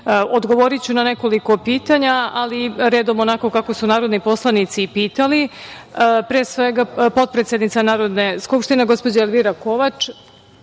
vodim. Odgovoriću na nekoliko pitanja, ali redom onako kako su narodni poslanici i pitali. Pre svega, potpredsednica Narodne skupštine, gospođa Elvira Kovač